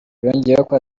yongeyeko